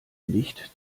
nicht